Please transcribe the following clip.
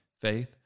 faith